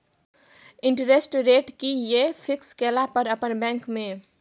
Interest rate कि ये fix केला पर अपन बैंक में?